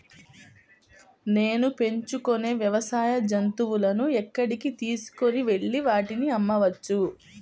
నేను పెంచుకొనే వ్యవసాయ జంతువులను ఎక్కడికి తీసుకొనివెళ్ళి వాటిని అమ్మవచ్చు?